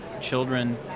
children